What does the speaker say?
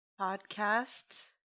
podcast